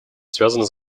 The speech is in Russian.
связаны